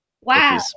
Wow